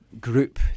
group